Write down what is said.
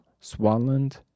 Swanland